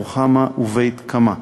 רוחמה ובית-קמה.